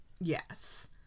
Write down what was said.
yes